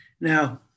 Now